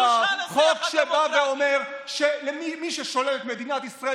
חוק שבא ואומר שלמי ששולל את מדינת ישראל